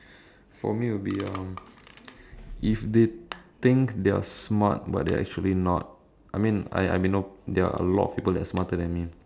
for me would be um if they think they're smart but they're actually not I mean I may know there are a lot of people that are smarter than me